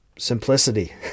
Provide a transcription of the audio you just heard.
Simplicity